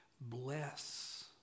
bless